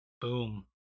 Boom